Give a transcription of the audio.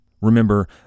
Remember